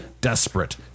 desperate